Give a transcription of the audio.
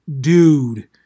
dude